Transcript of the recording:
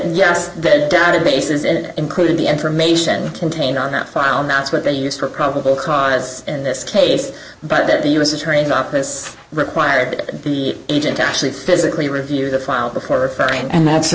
yes the databases it included the information contained on that file not what they used for probable cause in this case but that the u s attorney's office required the agent to actually physically review the file before referring and that's a